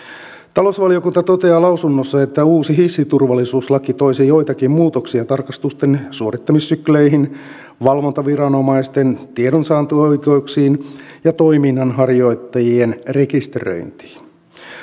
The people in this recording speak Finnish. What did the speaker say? talousvaliokunta toteaa lausunnossa että uusi hissiturvallisuuslaki toisi joitakin muutoksia tarkastusten suorittamissykleihin valvontaviranomaisten tiedonsaantioikeuksiin ja toiminnanharjoittajien rekisteröintiin